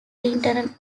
lieutenant